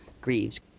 grieves